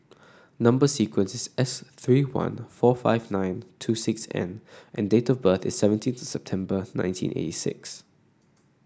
number sequence is S three one four five nine two six N and and date of birth is seventeen September nineteen eighty six